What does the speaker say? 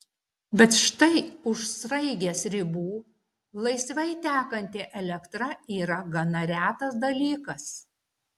bet štai už sraigės ribų laisvai tekanti elektra yra gana retas dalykas